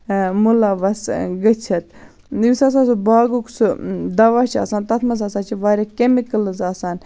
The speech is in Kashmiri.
مُلَوَث گٔژھِتھ یُس ہَسا سُہ باغُک سُہ دَوا چھُ آسان تتھ مَنٛز ہَسا چھِ واریاہ کیٚمِکلٕز آسان